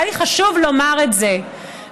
היה לי חשוב לומר את זה למליאה,